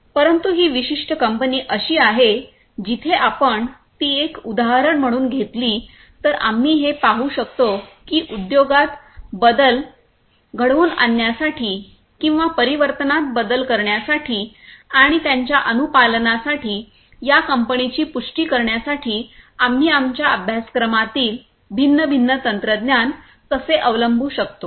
परंतु ही विशिष्ट कंपनी अशी आहे जिथे आपण ती एक उदाहरण म्हणून घेतली तर आम्ही हे पाहू शकतो की उद्योगात बदल घडवून आणण्यासाठी किंवा परिवर्तनात बदल करण्यासाठी आणि त्याच्या अनुपालनासाठी या कंपनीची पुष्टी करण्यासाठी आम्ही आमच्या अभ्यासक्रमातील भिन्न भिन्न तंत्रज्ञान कसे अवलंबू शकतो